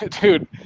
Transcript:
dude